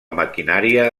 maquinària